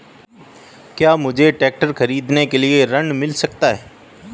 क्या मुझे ट्रैक्टर खरीदने के लिए ऋण मिल सकता है?